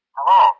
Hello